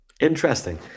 Interesting